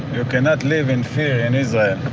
you cannot live in fear in israel.